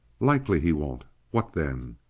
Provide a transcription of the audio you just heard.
likely he won't. what then?